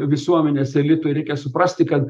visuomenės elitui reikia suprasti kad